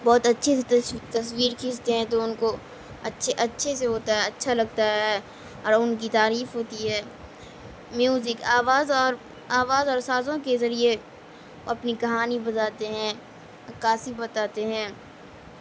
بہت اچھے سے تصویر کھینچتے ہیں تو ان کو اچھے اچھے سے ہوتا ہے اچھا لگتا ہے اور ان کی تعریف ہوتی ہے میوزک آواز اور آواز اور سازوں کے ذریعے اپنی کہانی بتاتے ہیں عکاسی بتاتے ہیں